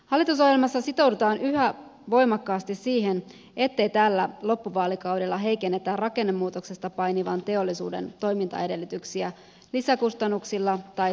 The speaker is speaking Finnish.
hallitusohjelmassa sitoudutaan yhä voimakkaasti siihen ettei tällä loppuvaalikaudella heikennetä rakennemuutoksessa painivan teollisuuden toimintaedellytyksiä lisäkustannuksilla tai sääntelyllä